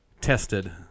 tested